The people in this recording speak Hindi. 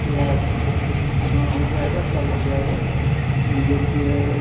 प्याज़ पाँच के जी का हाँ हो जाएगा सब हो जाएगा देखिए